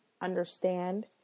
understand